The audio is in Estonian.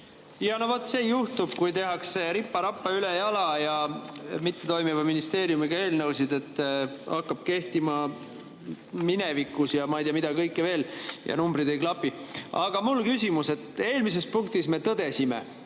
No vot see juhtub, kui tehakse ripa-rapa, ülejala ja mittetoimiva ministeeriumiga eelnõusid, nii et hakkavad kehtima minevikus ja ei tea, mida kõike veel, ja numbrid ei klapi. Aga mul on küsimus. Eelmises punktis tuli tõdeda,